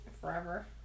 forever